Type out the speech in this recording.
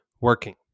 working